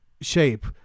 shape